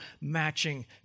matching